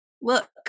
look